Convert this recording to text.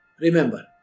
Remember